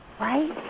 right